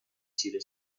چیره